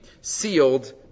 sealed